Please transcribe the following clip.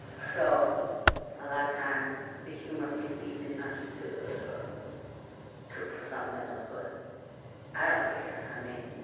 so a lot of times, the humor can be misunderstood or um took for something else. but i don't care. i mean,